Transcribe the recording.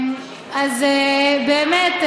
אז באמת,